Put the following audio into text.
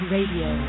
Radio